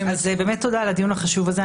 באמת תודה על הדיון החשוב הזה.